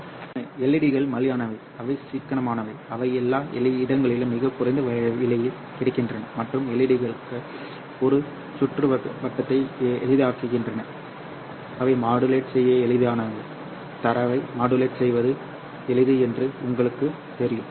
உண்மை LEDக்கள் மலிவானவை அவை சிக்கனமானவை அவை எல்லா இடங்களிலும் மிகக் குறைந்த விலையில் கிடைக்கின்றன மற்றும் LEDக்கள் ஒரு சுற்றுவட்டத்தை எளிதாக்குகின்றன அவை மாடுலேட் செய்ய எளிதானவை தரவை மாடுலேட் செய்வது எளிது என்று உங்களுக்குத் தெரியும்